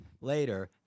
later